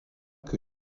que